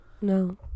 No